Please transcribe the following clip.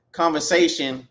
conversation